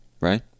right